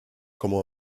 comment